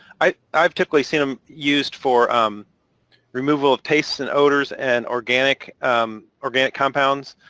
i've i've typically seen them used for um removal of tastes and odors and organic um organic compounds.